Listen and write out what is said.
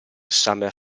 summer